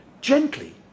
Gently